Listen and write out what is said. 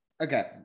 Okay